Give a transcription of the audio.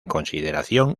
consideración